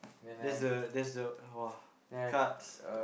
that's the that's the !wah! cards